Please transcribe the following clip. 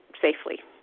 safely